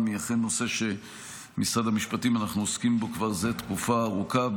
היא אכן נושא שבמשרד המשפטים אנחנו עוסקים בו זה כבר תקופה ארוכה.